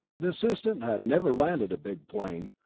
the assistant had never landed a big plane,